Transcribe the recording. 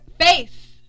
face